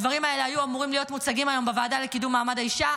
הדברים האלה היו אמורים להיות מוצגים היום בוועדה לקידום מעמד האישה,